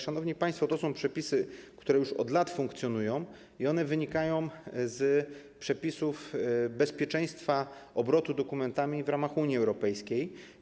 Szanowni państwo, to są przepisy, które funkcjonują od lat i wynikają z przepisów bezpieczeństwa obrotu dokumentami w ramach Unii Europejskiej.